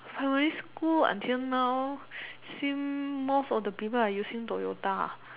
primary school until now seem most of the people are using Toyota